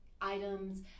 items